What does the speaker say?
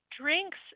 drinks